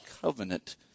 covenant